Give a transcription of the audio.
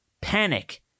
panic